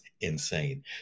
insane